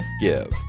give